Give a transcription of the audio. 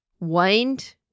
Wind